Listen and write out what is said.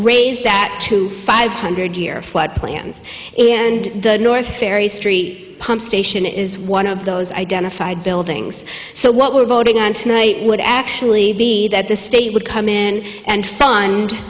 raise that to five hundred year flood plans and the north ferry street pump station is one of those identified buildings so what we're voting on tonight would actually be that the state would come in and fund